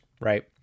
right